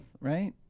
right